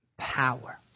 power